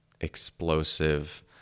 explosive